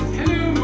Hello